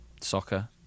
soccer